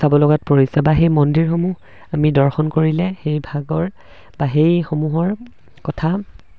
চাব লগাত পৰিছে বা সেই মন্দিৰসমূহ আমি দৰ্শন কৰিলে সেই ভাগৰ বা সেইসমূহৰ কথা